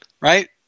Right